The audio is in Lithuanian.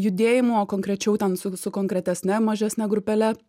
judėjimu o konkrečiau ten su su konkretesne mažesne grupele